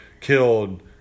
killed